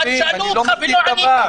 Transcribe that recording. אבל שאלו אותך ולא ענית.